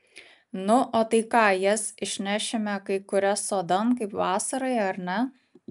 nu o tai ką jas išnešime kai kurias sodan kaip vasarai ar ne